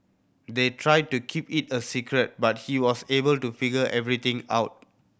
they tried to keep it a secret but he was able to figure everything out